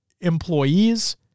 employees